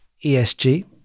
ESG